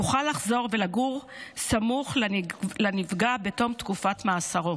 יוכל לחזור לגור סמוך לנפגע בתום תקופת מאסרו.